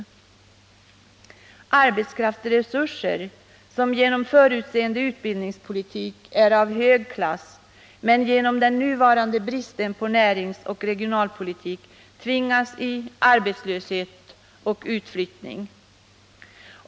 Norrbotten har arbetskraftsresurser, som genom förutseende utbildningspolitik är av hög klass. Men de utbildade människorna tvingas genom den nuvarande bristen på näringsoch regionalpolitik ut i sysslolöshet, arbetslöshet eller måste flytta.